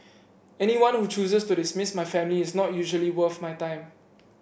anyone who chooses to dismiss my family is not usually worth my time